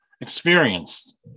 experienced